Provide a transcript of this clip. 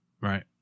right